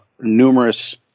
numerous